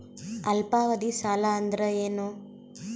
ಅಲ್ಪಾವಧಿ ಸಾಲ ಅಂದ್ರ ಏನು?